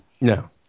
No